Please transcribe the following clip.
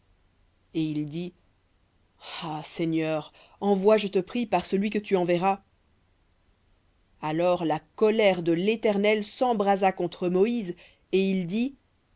et il dit ah seigneur envoie je te prie par celui que tu enverras alors la colère de l'éternel s'embrasa contre moïse et il dit